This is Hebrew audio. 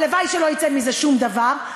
הלוואי שלא יצא מזה שום דבר,